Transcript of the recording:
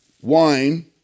wine